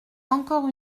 encore